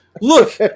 Look